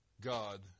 God